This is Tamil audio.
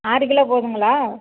ஆறு கிலோ போதுங்களா